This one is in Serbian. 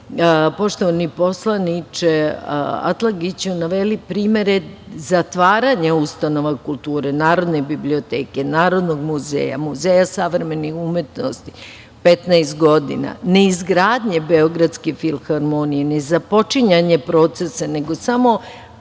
poštovani poslaniče Atlagiću, naveli primere zatvaranja ustanova kulture Narodne biblioteke, Narodnoj muzeja, Muzeja savremene umetnosti 15 godina, neizgradnje Beogradske filharmonije, nezapočinjanje procesa nego samo pričanje,